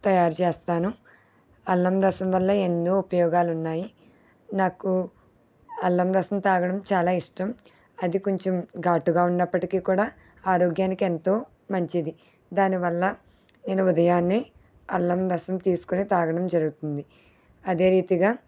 తయారు చేస్తాను అల్లం రసం వల్ల ఎన్నో ఉపయోగాలున్నాయి నాకు అల్లం రసం తాగడం చాలా ఇష్టం అది కొంచెం ఘాటుగా ఉన్నప్పటికీ కూడా ఆరోగ్యానికి ఎంతో మంచిది దాని వల్ల నేను ఉదయాన్నే అల్లం రసం తీసుకొని తాగడం జరుగుతుంది అదే రీతిగా